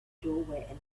doorway